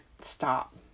stop